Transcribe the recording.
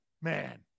Man